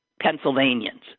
Pennsylvanians